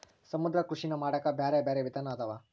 ಸಮುದ್ರ ಕೃಷಿನಾ ಮಾಡಾಕ ಬ್ಯಾರೆ ಬ್ಯಾರೆ ವಿಧಾನ ಅದಾವ